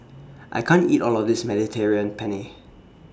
I can't eat All of This Mediterranean Penne